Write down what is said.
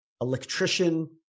electrician